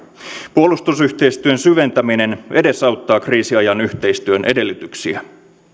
puolustusyhteistyön syventäminen edesauttaa kriisinajan yhteistyön edellytyksiä